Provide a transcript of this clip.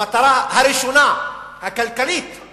המטרה הכלכלית הראשונה,